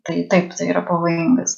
tai taip tai yra pavojingas